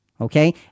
Okay